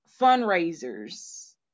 fundraisers